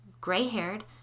gray-haired